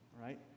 right